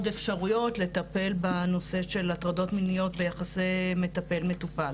אפשרויות לטפל בנושא של הטרדות מיניות ביחסי מטפל-מטופל,